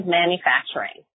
manufacturing